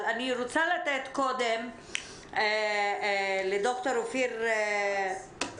אבל אני רוצה לתת קודם לד"ר אופיר כץ,